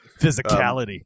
Physicality